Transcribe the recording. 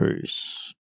Peace